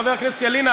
חבר הכנסת ילין,